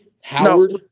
Howard